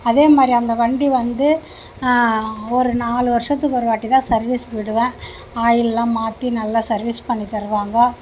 அதேமாதிரி அந்த வண்டி வந்து ஒரு நாலு வருஷத்துக்கு ஒருவாட்டிதான் சர்வீஸுக்கு விடுவேன் ஆயிலெல்லாம் மாற்றி நல்லா சர்வீஸ் பண்ணித் தருவாங்க